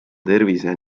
tervise